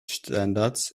standards